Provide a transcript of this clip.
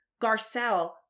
Garcelle